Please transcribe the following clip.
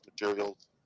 materials